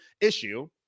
issue